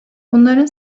bunların